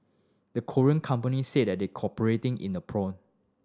the Korean companies said they're cooperating in the probe